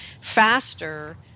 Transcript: faster